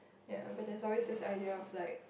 ya but there's always this idea of like